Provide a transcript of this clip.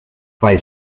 zwei